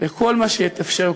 לכל מה שיתאפשר,